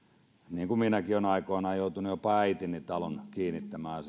niin kuin minäkin olen aikoinaan joutunut jopa äitini talon kiinnittämään